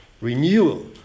renewal